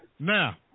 Now